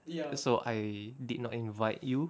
so I did not invite you